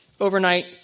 overnight